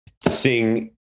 sing